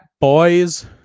boys